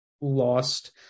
lost